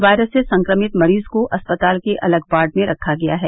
virus से संक्रमित मरीज को अस्पताल के अलग वॉर्ड में रखा गया है